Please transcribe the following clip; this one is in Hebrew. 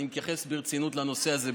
אני מתייחס ברצינות לנושא הזה,